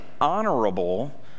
honorable